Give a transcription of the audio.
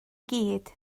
gyd